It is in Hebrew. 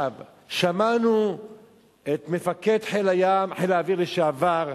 שמענו את מפקד חיל האוויר לשעבר,